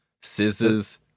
Scissors